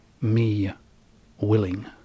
me-willing